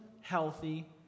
healthy